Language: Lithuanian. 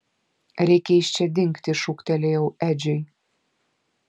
reikia iš čia dingti šūktelėjau edžiui